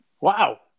Wow